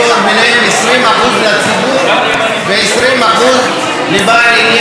ובהם 20% לציבור ו-20% לבעל עניין,